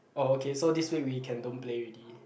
oh okay so this week we can don't play already